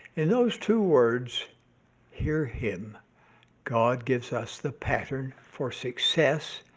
in those two words hear him god gives us the pattern for success,